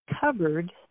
covered